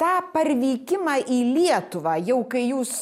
tą parvykimą į lietuvą jau kai jūs